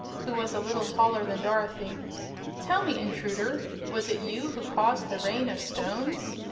who was a little taller than dorothy tell me, intruder, was it you who caused the rain of stones?